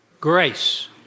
Grace